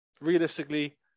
realistically